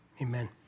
Amen